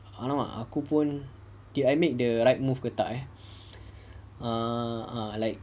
!alamak! aku pun did I make the right move ke tak eh err err like